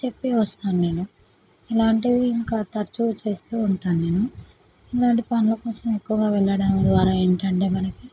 చెప్పి వస్తాను నేను ఇలాంటివి ఇంకా తరచు చేస్తూ ఉంటాను నేను ఇలాంటి పనుల కోసం ఎక్కువగా వెళ్ళడం ద్వారా ఏంటంటే మనకి